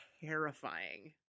terrifying